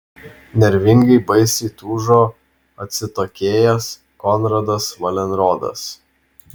nervingai baisiai tūžo atsitokėjęs konradas valenrodas